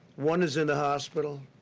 one is in the hospital,